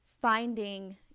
finding